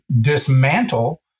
dismantle